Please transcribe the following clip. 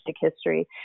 history